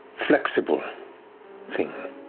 flexible thing.